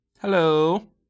Hello